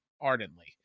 ardently